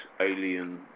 alien